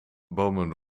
bomen